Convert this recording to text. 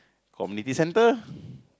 community center